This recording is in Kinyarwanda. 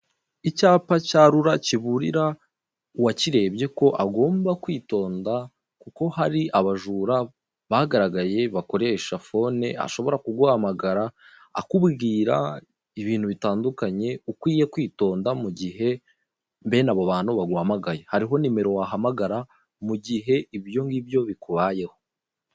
Icyapa cya rura kiburira uwakirebye ko agomba kwitonda kuko hari abajura bagaragaye bakoresha foone, ashobora kuguhamagara akubwira ibintu bitandukanye ukwiye kwitonda mugihe bene abo bantu baguhamagaye. Hariho nimero wahamagara mu gihe ibyo ngibyo bikubayeho.